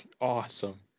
Awesome